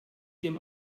dem